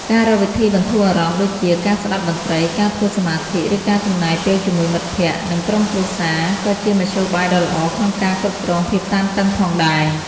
ការរកវិធីបន្ធូរអារម្មណ៍ដូចជា ការស្តាប់តន្ត្រី ការធ្វើសមាធិ ឬការចំណាយពេលជាមួយមិត្តភ័ក្តិ និងក្រុមគ្រួសារ ក៏ជាមធ្យោបាយដ៏ល្អក្នុងការគ្រប់គ្រងភាពតានតឹងផងដែរ។